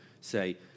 say